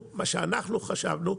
כמו שאנחנו חשבנו,